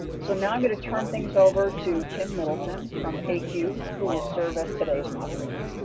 so now i'm going to turn things over to kim middleton from acue, who will serve as today's moderator.